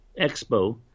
Expo